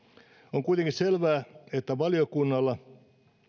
on kuitenkin selvää että valiokunnalla